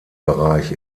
bereich